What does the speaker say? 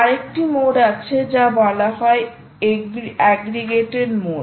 আরেকটি মোড আছে যা বলা হয় এগ্রিগেটেড মোড